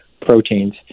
proteins